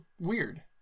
weird